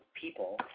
people